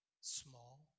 small